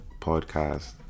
podcast